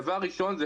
דבר ראשון,